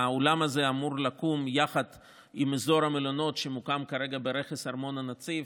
האולם הזה אמור לקום יחד עם אזור המלונות שמוקם כרגע ברכס ארמון הנציב,